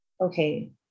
okay